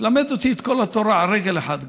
תלמד אותי את כל התורה על רגל אחת,